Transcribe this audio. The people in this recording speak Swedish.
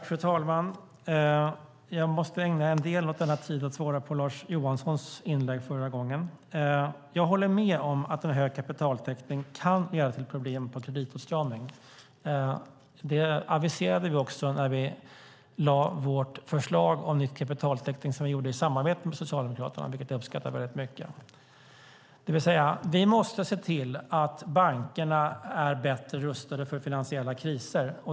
Fru talman! Jag måste ägna en del av denna tid åt att svara på Lars Johanssons inlägg senast. Jag håller med om att en hög kapitaltäckning kan leda till problem och kreditåtstramning. Det aviserade vi också när vi lade fram vårt förslag om ny kapitaltäckning som vi gjorde i samarbete med Socialdemokraterna, vilket jag uppskattar mycket. Vi måste alltså se till att bankerna är bättre rustade för finansiella kriser.